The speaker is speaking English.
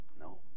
No